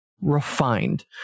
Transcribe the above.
refined